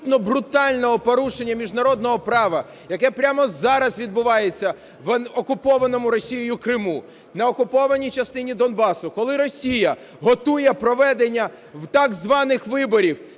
брутального порушення міжнародного права, яке прямо зараз відбувається в окупованому Росією Криму, на окупованій частині Донбасу, коли Росія готує проведення так званих виборів